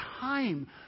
time